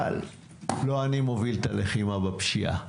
אבל לא אני מוביל את הלחימה בפשיעה.